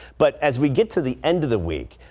but as we get to the end of the week.